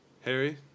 Harry